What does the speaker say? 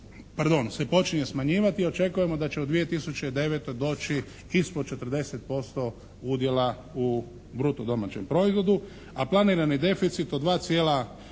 se počinje smanjivati i očekujemo da u 2009. doći ispod 40% udjela u bruto domaćem proizvodu. A planirani deficit od 2,8